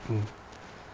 mm